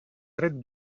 dret